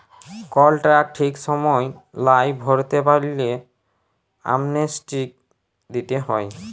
call tax ঠিক সময় লায় ভরতে পারল্যে, অ্যামনেস্টি দিতে হ্যয়